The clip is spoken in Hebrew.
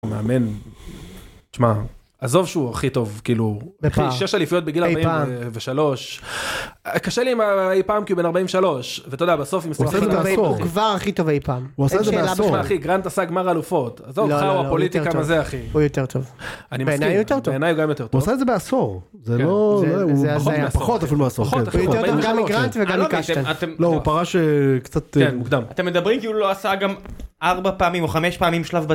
מאמן תשמע, עזוב שהוא הכי טוב כאילו בגיל 43 קשה לי אם פעם כי בן 43 ואתה יודע בסוף עם מסתכלים, כבר הכי טוב אי פעם. פוליטיקה מזה הכי טוב. אני מנהל אותו. זה לא. אתם מדברים כאילו לא עשה גם. ארבע פעמים או חמש פעמים שלב בצלם.